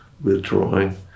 withdrawing